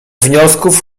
wniosków